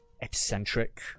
eccentric